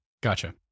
Gotcha